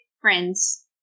friends